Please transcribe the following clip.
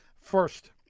first